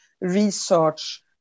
research